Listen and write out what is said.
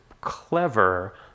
clever